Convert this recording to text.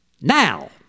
now